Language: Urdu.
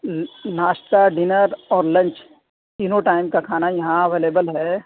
ناشتہ ڈنر اور لنچ تینوں ٹائم کا کھانا یہاں اویلیبل ہے